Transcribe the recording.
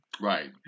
Right